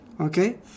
Okay